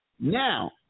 Now